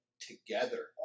Together